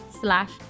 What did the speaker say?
slash